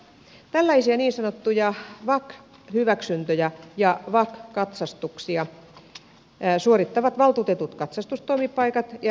tällaisia niin sanottuja vak hyväksyntöjä ja vak katsastuksia suorittavat valtuutetut katsastustoimipaikat ja yksittäishyväksynnän myöntäjät